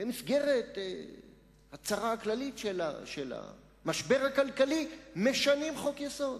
במסגרת הצהרה כללית של המשבר הכלכלי משנים חוק-יסוד.